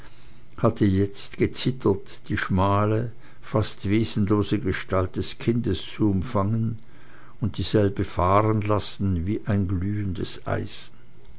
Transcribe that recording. hatte jetzt gezittert die schmale fast wesenlose gestalt des kindes zu umfangen und dieselbe fahrenlassen wie ein glühendes eisen